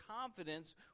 confidence